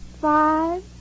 five